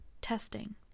testing